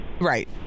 Right